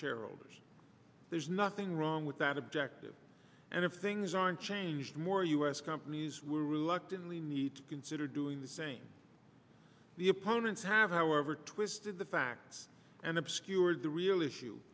shareholders there's nothing wrong with that objective and if things aren't changed more u s companies were reluctant we need to consider doing the same the opponents have however twisted the facts and obscured the real issue